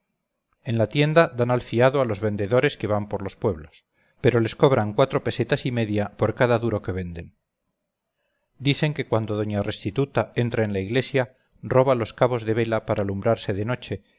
en la tienda dan al fiado a los vendedores que van por los pueblos pero les cobran cuatro pesetas y media por cada duro que venden dicen que cuando doña restituta entra en la iglesia roba los cabos de vela para alumbrarse de noche